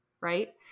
Right